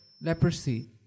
Leprosy